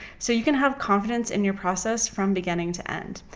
so you can have confidence in your process from beginning to end.